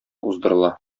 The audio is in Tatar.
уздырыла